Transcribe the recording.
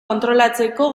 kontrolatzeko